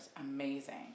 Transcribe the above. amazing